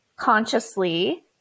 consciously